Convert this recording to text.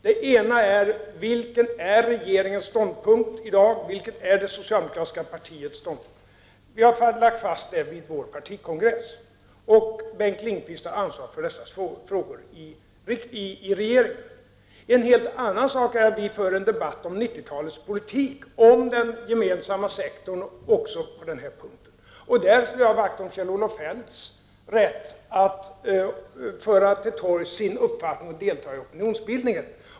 Den ena rör vilken som i dag är regeringens ståndpunkt och den andra vilken som är partiets ståndpunkt. Partiets ståndpunkt har faststä gres ts vid vår partikon . och det är Bengt Lindqvist som är ansvarig för dessa frågor inom regeringen. Det är en helt annan sak att vi för en debatt om 90-talets politik när det gäller den gemensamma sektorn också på denna punkt. Här vill jag slå vakt om Kjell-Olof Feldts rätt att föra till torgs sin uppfattning och delta i opinionsbildningen.